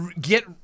get